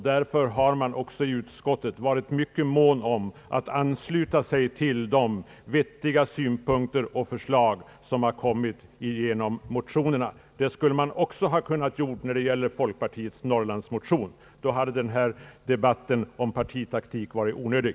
Därför har man också inom utskottet varit mycket mån om att ansluta sig till de vettiga synpunkter och förslag som har framkommit genom motionerna. Det skulle man ha kunnat göra även när det gäller folkpartiets Norrlandsmotion. Då hade denna debatt om partitaktik varit onödig.